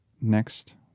next